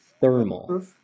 thermal